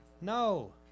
No